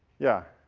yeah.